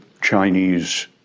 Chinese